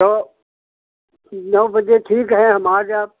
तो नौ बजे ठीक है हम आ जाएं